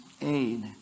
aid